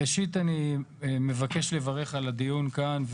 ראשית אני מבקש לברך על הדיון כאן,